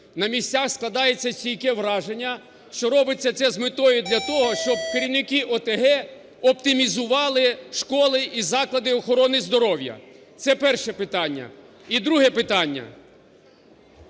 На місцях складається стійке враження, що робиться це з метою для того, щоб керівники ОТГ оптимізували школи і заклади охорони здоров'я. Це перше питання. І друге питання.